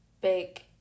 big